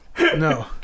No